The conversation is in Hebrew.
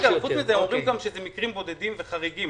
גם אומרים שזה מקרים בודדים וחריגים,